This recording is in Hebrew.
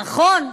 נכון,